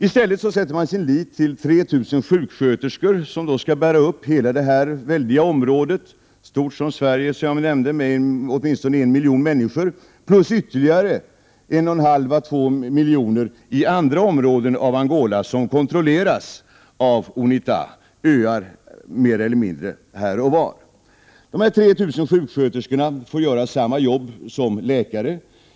I stället sätter man sin lit till 3 000 sjuksköterskor, som skall bära upp sjukvården i detta väldiga område, lika stort som Sverige med åtminstone en miljon människor, samt i andra områden i Angola med ytterligare 1,5—2 miljoner människor, områden som kontrolleras av Unita — större eller mindre öar här och var. Dessa 3 000 sjuksköterskor får göra samma jobb som läkare.